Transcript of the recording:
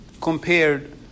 compared